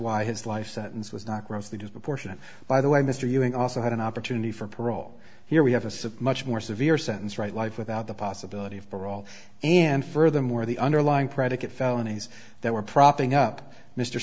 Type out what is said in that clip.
why his life sentence was not grossly disproportionate by the way mr ewing also had an opportunity for parole here we have a submerged more severe sentence right life without the possibility of parole and furthermore the underlying predicate felonies that were propping up mr